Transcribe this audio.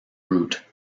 route